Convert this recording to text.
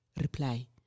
reply